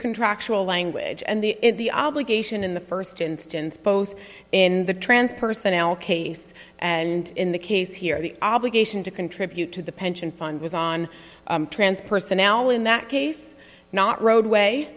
contractual language and the obligation in the first instance both in the transpersonal case and in the case here the obligation to contribute to the pension fund was on trans person now in that case not roadway